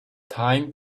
time